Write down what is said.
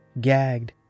gagged